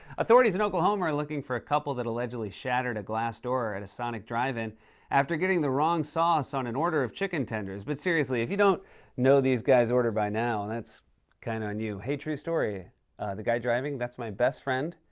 authorities in oklahoma are looking for a couple that allegedly shattered a glass door at a sonic drive-in after getting the wrong sauce on an order of chicken tenders. but, seriously, if you don't know these guys' order by now, that's kind of on you. hey, true story the guy driving, that's my best friend,